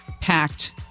Packed